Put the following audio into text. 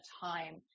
time